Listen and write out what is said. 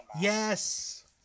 Yes